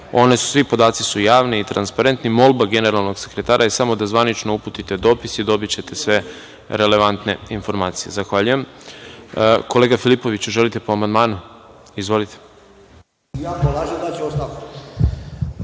svi podaci su javni i transparentni. Molba generalnog sekretara je samo da zvanično uputite dopis i dobićete sve relevantne informacije. Zahvaljujem. Kolega Filipoviću, želite po amandmanu? Izvolite. **Srbislav Filipović**